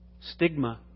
stigma